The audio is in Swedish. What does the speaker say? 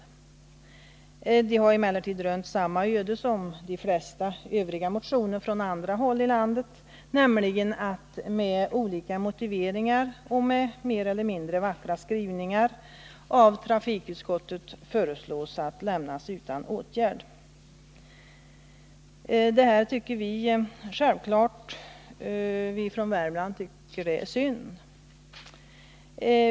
Dessa motioner har emellertid rönt samma öde som de flesta övriga från andra håll i landet, nämligen att de med olika motiveringar och med mer eller mindre vackra skrivningar av trafikutskottet föreslås bli lämnade utan åtgärd. Detta tycker självfallet vi från Värmland är synd.